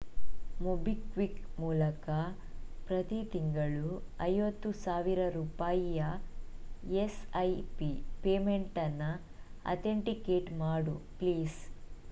MobiKwik ಮೂಲಕ ಪ್ರತೀ ತಿಂಗಳು ಐವತ್ತು ಸಾವಿರ ರೂಪಾಯಿಯ ಎಸ್ ಐ ಪಿ ಪೇಮೆಂಟನ್ನು ಅಥೆಂಟಿಕೇಟ್ ಮಾಡು ಪ್ಲೀಸ್